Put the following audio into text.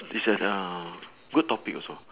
this one uh good topic also